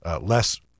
less